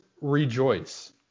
rejoice